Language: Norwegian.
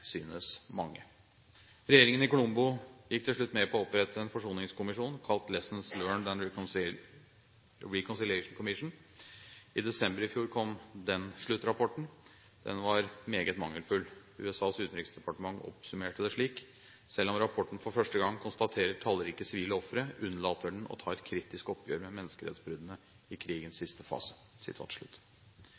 synes mange. Regjeringen i Colombo gikk til slutt med på å opprette en forsoningskommisjon kalt Lessons Learnt and Reconciliation Commission. I desember i fjor kom sluttrapporten. Den var meget mangelfull. USAs utenriksdepartement oppsummerte det slik: Selv om rapporten for første gang konstaterer tallrike sivile ofre, unnlater den å ta et kritisk oppgjør med menneskerettsbruddene i krigens siste fase.